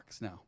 now